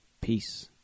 Peace